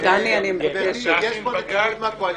יקבע ------ יש פה נציג מהקואליציה,